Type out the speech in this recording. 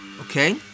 Okay